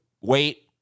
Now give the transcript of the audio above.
wait